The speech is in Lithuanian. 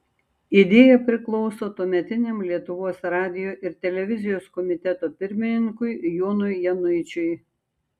idėja priklauso tuometiniam lietuvos radijo ir televizijos komiteto pirmininkui jonui januičiui